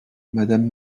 madame